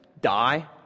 die